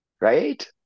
right